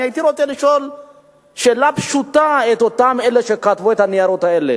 אני הייתי רוצה לשאול שאלה פשוטה את אותם אלה שכתבו את הניירות האלה: